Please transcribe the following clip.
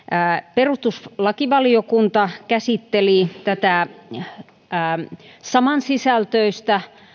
perustuslakivaliokunta käsitteli samansisältöistä